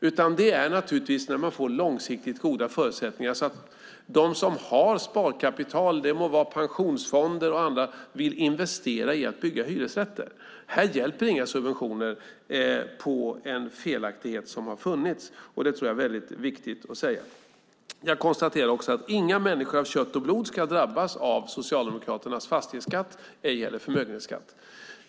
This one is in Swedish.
Det viktiga är naturligtvis när man får långsiktigt goda förutsättningar så att de som har sparkapital, det må vara pensionsfonder och andra, vill investera i att bygga hyresrätter. Här hjälper inga subventioner på en felaktighet som har funnits. Det är väldigt viktigt att säga. Jag konstaterar också att inga människor av kött och blod ska drabbas av Socialdemokraternas fastighetsskatt och ej heller av en förmögenhetsskatt.